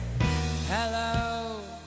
Hello